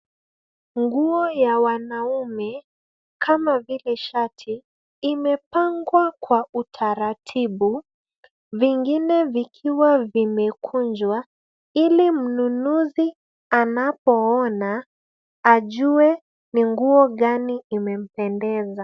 Nguo ya wanaume kama vile shati imepangwa kwa utaratibu mzuri, baadhi yakiwa yamekunjwa ili mnunuzi anapoona aweze kuchagua kwa urahisi nguo inayompendeza.